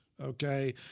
Okay